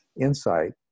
insight